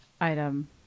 item